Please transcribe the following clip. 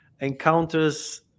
encounters